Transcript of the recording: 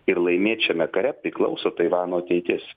ir laimėt šiame kare priklauso taivano ateitis